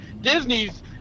disney's